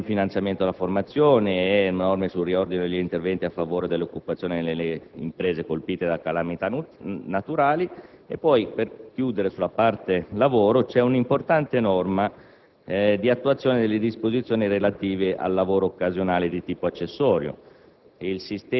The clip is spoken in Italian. Ci sono poi norme sul finanziamento alla formazione, sul riordino degli interventi a favore dell'occupazione nelle imprese colpite da calamità naturali. Inoltre, chiudendo la parte relativa al lavoro, il testo contiene una importante norma di attuazione delle disposizioni relative al lavoro occasionale di tipo accessorio.